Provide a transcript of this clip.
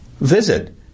Visit